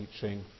teaching